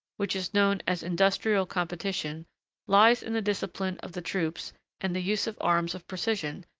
which is known as industrial competition lies in the discipline of the troops and the use of arms of precision,